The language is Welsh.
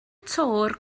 töwr